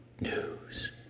news